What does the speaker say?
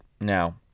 Now